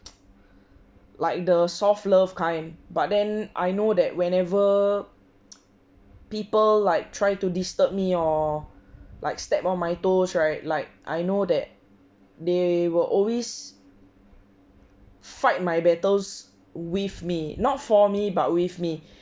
like the soft love kind but then I know that whenever people like try to disturb me or like step on my toes right like I know that they will always fight my battles with me not for me but with me